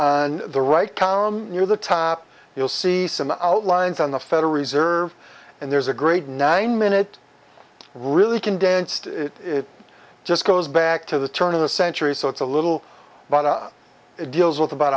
on the right column near the top you'll see some outlines on the federal reserve and there's a great nine minute really condensed it just goes back to the turn of the century so it's a little but it deals with about